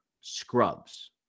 scrubs